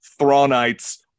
Thrawnites